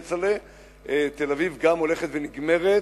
כצל'ה, תל-אביב הולכת ונגמרת.